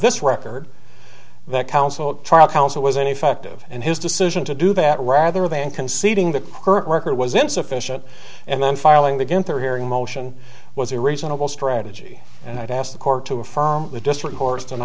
this record that counsel at trial counsel was an effective and his decision to do that rather than conceding the current record was insufficient and then filing the guenter hearing motion was a reasonable strategy and i'd ask the court to affirm the district